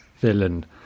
villain